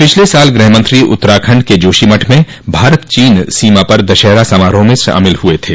पिछले साल गृहमंत्री उत्तराखंड के जोशीमठ में भारत चीन सीमा पर दशहरा समारोह में शामिल हुए थे